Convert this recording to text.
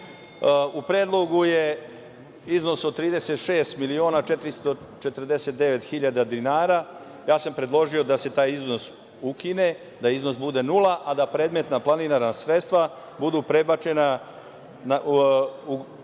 predlogu je iznos od 36.449.000 dinara. Ja sam predložio da se taj iznos ukine, da iznos bude nula, a da predmetna planirana sredstva budu prebačena takođe